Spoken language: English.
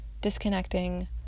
disconnecting